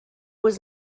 was